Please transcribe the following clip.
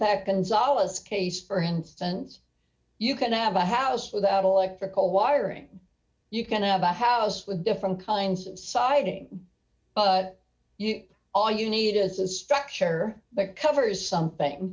that consolidates case for instance you can have a house without electrical wiring you can have a house with different kinds of siding you are you need a structure but covers something